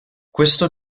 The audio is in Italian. questo